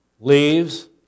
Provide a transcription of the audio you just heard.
leaves